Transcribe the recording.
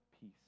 peace